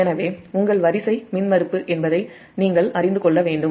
எனவே உங்கள் வரிசை மின்மறுப்பு என்பதை நீங்கள் அறிந்து கொள்ள வேண்டும்